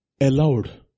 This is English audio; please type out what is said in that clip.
Allowed